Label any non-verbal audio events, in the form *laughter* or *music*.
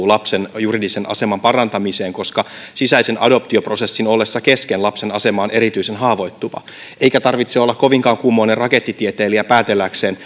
*unintelligible* lapsen juridisen aseman parantamiseen koska sisäisen adoptioprosessin ollessa kesken lapsen asema on erityisen haavoittuva ei tarvitse olla kovinkaan kummoinen rakettitieteilijä päätelläkseen *unintelligible*